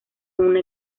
una